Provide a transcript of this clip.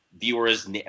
viewers